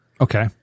Okay